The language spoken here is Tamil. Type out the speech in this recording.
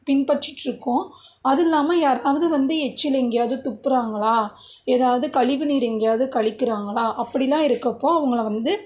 பின்பற்றிட்ருக்கோம் அது இல்லாமல் யாராவது வந்து எச்சில் எங்கேயாவது துப்புறாங்களா எதாவது கழிவு நீர் எங்கேயாவது கழிக்கிறாங்களா அப்படிலாம் இருக்கப்போ அவங்கள வந்து